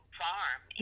farm